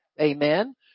Amen